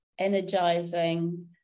energizing